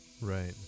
Right